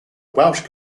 welsh